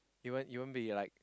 you won't you won't be like